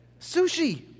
Sushi